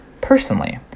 Personally